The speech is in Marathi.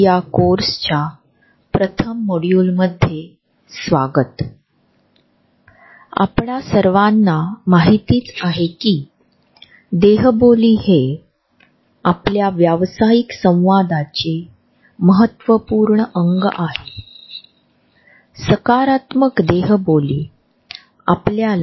या चर्चेमध्ये आपण प्रॉक्सॅमिक्स म्हणजे निकटता किंवा परस्परांमधील अंतर यास समजून घेण्याचा प्रयत्न करू आणि प्रॉक्सॅमिक्सचे चार मूलभूत क्षेत्र समजून घेऊ